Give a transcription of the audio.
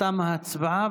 תמה ההצבעה.